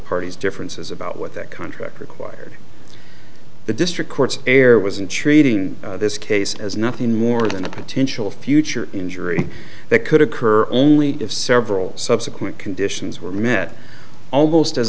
parties differences about what that contract required the district court's air was in treating this case as nothing more than a potential future injury that could occur only if several subsequent conditions were met almost as